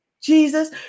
Jesus